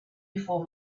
before